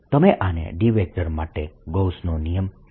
તમે આને D માટે ગૌસનો નિયમ Gauss's law કહી શકો છો